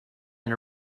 and